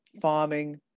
farming